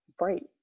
Right